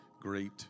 great